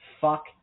Fuck